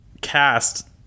cast